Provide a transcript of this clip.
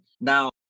Now